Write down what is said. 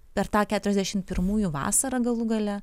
per tą keturiasdešim pirmųjų vasarą galų gale